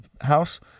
house